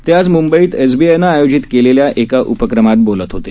ते आज म्बईत एसबीआयनं आयोजित केलेल्या एका उपक्रमामधे बोलत होते